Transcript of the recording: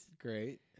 Great